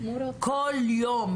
כל יום,